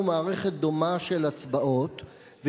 כיוון שבחוק הבא צפויה לנו מערכת דומה של הצבעות,